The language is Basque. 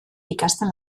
ikasten